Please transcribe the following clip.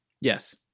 Yes